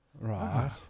Right